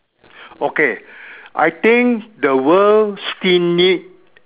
okay I think the world still need